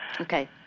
Okay